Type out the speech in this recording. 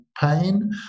pain